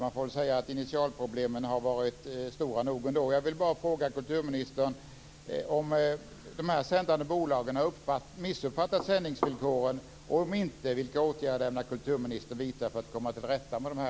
Man får väl säga att initialproblemen har varit stora nog ändå.